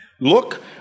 Look